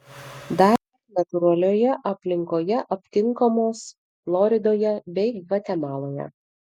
dar natūralioje aplinkoje aptinkamos floridoje bei gvatemaloje